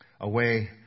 away